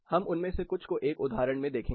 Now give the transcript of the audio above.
हम उनमें से कुछ को एक उदाहरण में देखेंगे